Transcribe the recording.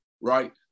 right